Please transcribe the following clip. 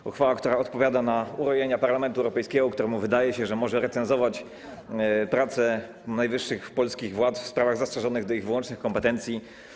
To uchwała, która odpowiada na urojenia Parlamentu Europejskiego, któremu wydaje się, że może recenzować prace najwyższych polskich władz w sprawach zastrzeżonych do ich wyłącznych kompetencji.